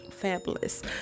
fabulous